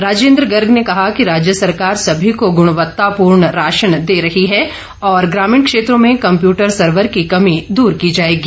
राजेंद्र गर्ग ने कहा कि राज्य सरकार सभी को गुणवत्तापूर्ण राशन दे रही है और ग्रामीण क्षेत्रों में कम्प्यूटर सर्वर की कमी दूर की जाएगी